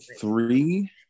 three